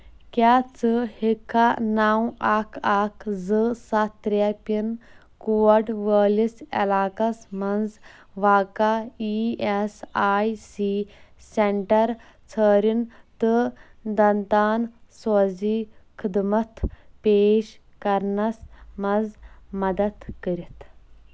کیٛاہ ژٕ ہیٚککھا نو اکھ اکھ زٕ سَتھ ترٛے پِن کوڈ وٲلِس علاقس مَنٛز واقع E S I C centre ژھٲرِن تہٕ دنٛدان سوزی خدمت پیش کرنس مَنٛز مدد کٔرِتھ